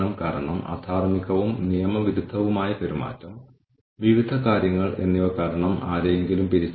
അതിനാൽ കാര്യങ്ങൾ എങ്ങനെ വിലയിരുത്തപ്പെടുന്നു കാര്യങ്ങൾ എങ്ങനെ മാറുന്നു എന്നതിൽ ഈ കാര്യങ്ങൾ വളരെ ഉയർന്ന സ്വാധീനം ചെലുത്തുന്നു